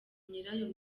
nyirayo